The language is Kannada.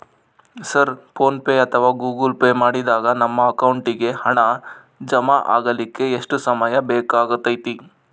ಸರ್ ಫೋನ್ ಪೆ ಅಥವಾ ಗೂಗಲ್ ಪೆ ಮಾಡಿದಾಗ ನಮ್ಮ ಅಕೌಂಟಿಗೆ ಹಣ ಜಮಾ ಆಗಲಿಕ್ಕೆ ಎಷ್ಟು ಸಮಯ ಬೇಕಾಗತೈತಿ?